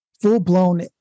full-blown